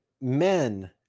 men